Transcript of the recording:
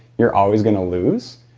you're always going to lose.